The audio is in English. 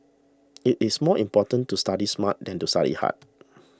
it is more important to study smart than to study hard